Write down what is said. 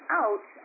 out